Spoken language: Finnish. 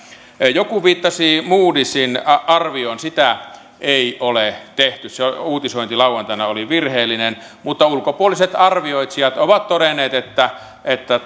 joku viittasi moodysin arvioon sitä ei ole tehty se uutisointi lauantaina oli virheellinen mutta ulkopuoliset arvioitsijat ovat todenneet että että